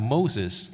Moses